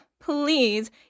please